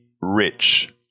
rich